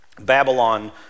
Babylon